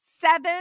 seven